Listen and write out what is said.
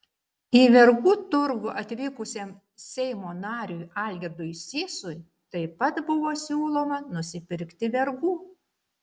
į vergų turgų atvykusiam seimo nariui algirdui sysui taip pat buvo siūloma nusipirkti vergų